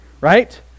right